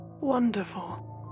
Wonderful